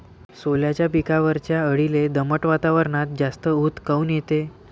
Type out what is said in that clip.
सोल्याच्या पिकावरच्या अळीले दमट वातावरनात जास्त ऊत काऊन येते?